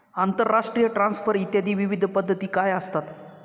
आंतरराष्ट्रीय ट्रान्सफर इत्यादी विविध पद्धती काय असतात?